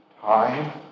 time